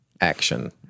action